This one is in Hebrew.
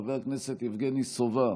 חבר הכנסת יבגני סובה,